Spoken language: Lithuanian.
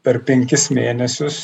per penkis mėnesius